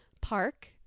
Park